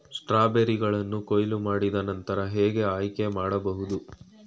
ಸ್ಟ್ರಾಬೆರಿಗಳನ್ನು ಕೊಯ್ಲು ಮಾಡಿದ ನಂತರ ಹೇಗೆ ಆಯ್ಕೆ ಮಾಡಬಹುದು?